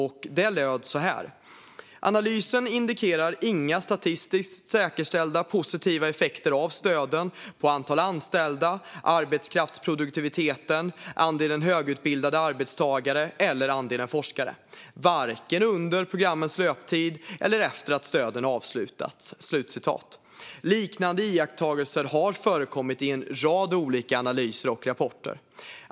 Citatet löd så här: "Analysen indikerar inga statistiskt säkerställda positiva effekter av stöden på antal anställda, arbetskraftsproduktiviteten, andelen högutbildade arbetstagare eller andelen forskare; varken under programmens löptid eller efter att stöden avslutats." Liknande iakttagelser har förekommit i en rad olika analyser och rapporter.